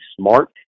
smart